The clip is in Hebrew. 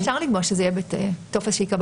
אפשר לקבוע שזה יהיה בטופס שייקבע